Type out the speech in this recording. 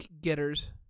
getters